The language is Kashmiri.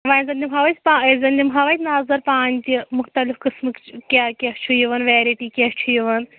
وۅنۍ زَن دِمہٕ ہاو أسۍ پا وۅنۍ زن دِمہٕ ہاو أسۍ نظر پانہٕ تہِ مُختلف قٕسمٕکۍ کیٛاہ کیٛاہ چھُ یِوان ویرایٹی کیٛاہ چھَ یِوان